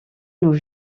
nous